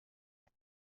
have